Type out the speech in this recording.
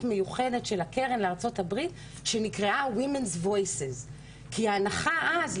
מיוחדת של הקרן לארצות הברית שנקראה Women's Voices כי ההנחה אז,